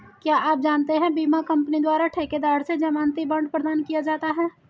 क्या आप जानते है बीमा कंपनी द्वारा ठेकेदार से ज़मानती बॉण्ड प्रदान किया जाता है?